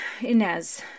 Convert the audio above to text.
Inez